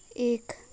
एक